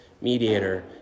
mediator